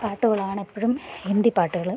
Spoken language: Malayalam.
പാട്ടുകളാണ് എപ്പോഴും ഹിന്ദി പാട്ടുകൾ